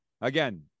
Again